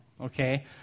Okay